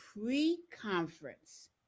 pre-conference